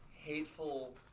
hateful